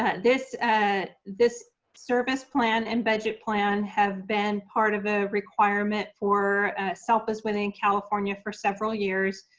ah this and this service plan and budget plan have been part of a requirement for selpas within california for several years.